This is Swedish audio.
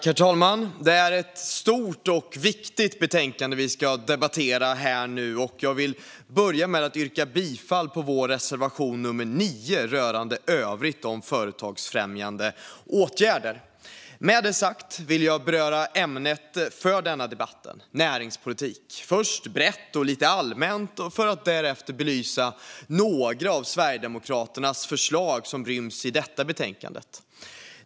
Herr talman! Det är ett stort och viktigt betänkande vi debatterar, och jag börjar med att yrka bifall till vår reservation, nummer 9, rörande övrigt om företagsfrämjande åtgärder. Med det sagt ska jag beröra ämnet för denna debatt: näringspolitik - först brett och lite allmänt för att därefter belysa några av Sverigedemokraternas förslag som ryms i betänkandet.